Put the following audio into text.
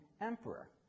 emperor